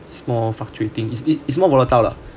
it's more fluctuating it's it's more volatile lah